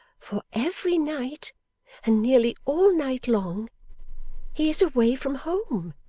for every night and nearly all night long he is away from home